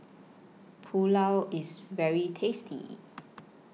Pulao IS very tasty